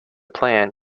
plan